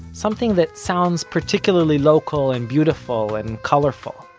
something that sounds particularly local and beautiful and colorful.